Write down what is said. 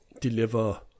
Deliver